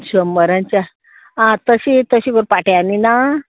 शंबराच्या आं तशीं तशीं पाट्यांनी ना